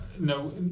no